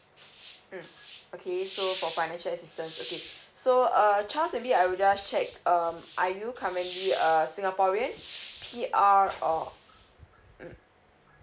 mm okay so for financial assistance okay so uh charles maybe I will just check um are you currently a singaporean P_R or mm